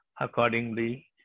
accordingly